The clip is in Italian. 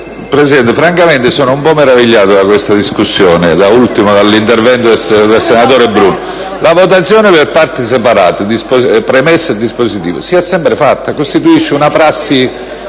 Presidente, francamente sono un po' meravigliato da questa discussione, da ultimo dall'intervento del senatore Bruno. La votazione per parti separate della premessa e del dispositivo si è sempre fatta: costituisce una prassi